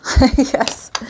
Yes